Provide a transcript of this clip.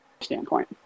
standpoint